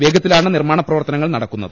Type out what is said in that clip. വേഗത്തിലാണ് നിർമ്മാണ പ്രവർത്തനങ്ങൾ നടക്കുന്നത്